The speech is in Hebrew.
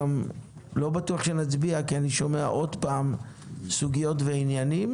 לא בטוח שנצביע כי אני שומע עוד פעם על סוגיות ועניינים